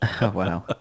wow